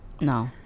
No